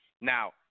Now